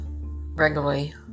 regularly